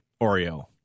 Oreo